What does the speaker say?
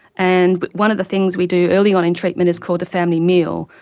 and but one of the things we do early on in treatment is called the family meal.